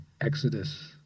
Exodus